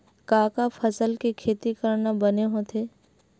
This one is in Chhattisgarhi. का का फसल के खेती करना बने होथे?